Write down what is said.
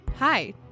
Hi